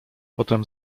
potem